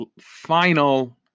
final